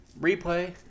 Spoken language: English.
replay